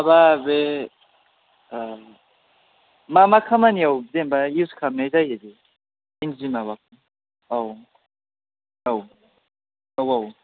माबा बे मामा खामानिआव जेन'बा इउस खालामनाय जायो बे इन्दि माबाखौ औ औ औ औ